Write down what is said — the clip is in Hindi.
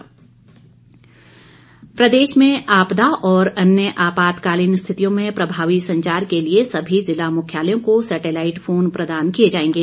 जयराम प्रदेश में आपदा और अन्य आपातकालीन स्थितियों में प्रभावी संचार के लिए सभी ज़िला मुख्यालयों को सैटेलाईट फोन प्रदान किए जाएंगे